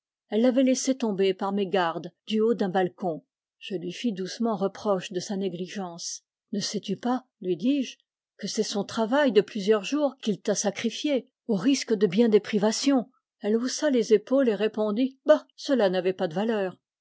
elle l'avait laissé tomber par mégarde du haut d'un balcon je lui fis doucement reproche de sa négligence ne sais-tu pas lui dis-je que c'est son travail de plusieurs jours qu'il t'a sacrifié au risque de bien des privations elle haussa les épaules et répondit bah cela n'avait pas de valeur